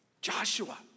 Joshua